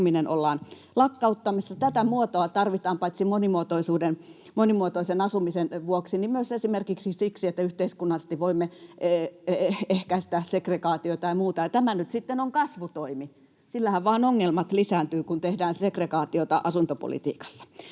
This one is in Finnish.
Tätä muotoa tarvitaan paitsi monimuotoisen asumisen vuoksi myös esimerkiksi siksi, että yhteiskunnallisesti voimme ehkäistä segregaatiota ja muuta, ja tämä nyt sitten on kasvutoimi — sillähän vain ongelmat lisääntyvät, kun tehdään segregaatiota asuntopolitiikassa.